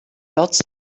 lots